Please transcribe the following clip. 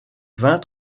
vin